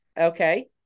okay